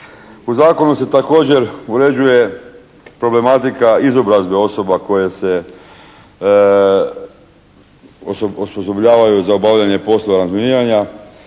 U Zakonu se također uređuje problematika izobrazbe osoba koje se osposobljavaju za obavljanje poslova razminiranja